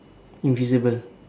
invisible